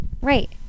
Right